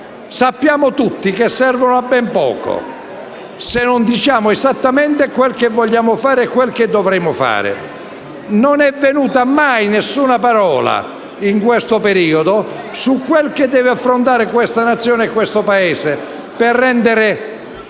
sappiamo tutti che servono a ben poco se non diciamo esattamente quello che vogliamo fare e quel che dovremo fare. Non è venuta mai nessuna parola in questo periodo su quello che deve affrontare questa Nazione per rendere